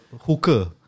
hooker